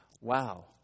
Wow